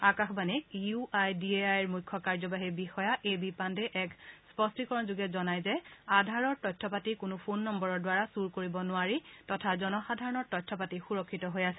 আকাশবাণীক U I D A I ৰ মুখ্য কাৰ্যবাহী বিষয়া এ বি পাণ্ডেই এক স্পষ্টিকৰণযোগে জনাই যে আধাৰৰ তথ্য পাতি কোনো ফোন নম্বৰৰদ্বাৰা চূৰ কৰিব নোৱাৰে তথা জনসাধাৰণৰ তথ্য পাতি সুৰক্ষিত আছে